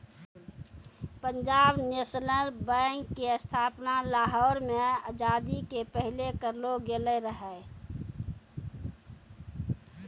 Punjab National Bank के स्थापना लाहौर मे आजादी के पहिले करलो गेलो रहै